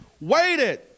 waited